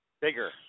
Bigger